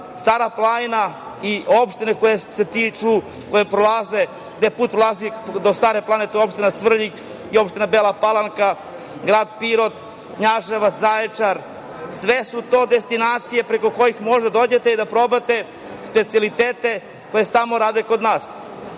Stara planina i opštine koje se tiču, gde put prolazi do Stare planine, to je opština Svrljig i opština Bela Palanka, grad Pirot, Knjaževac, Zaječar. Sve su to destinacije preko kojih možete da dođete i da probate specijalitete koji se tamo rade kod nas. Kada